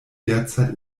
derzeit